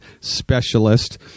specialist